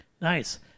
Nice